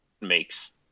makes